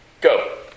Go